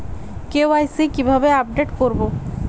KYC কিভাবে update করব?